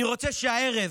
אני רוצה שהערב,